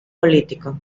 político